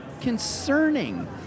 concerning